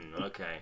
okay